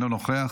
אינו נוכח,